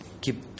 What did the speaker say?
keep